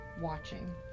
watching